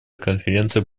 конференции